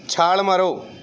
ਛਾਲ ਮਾਰੋ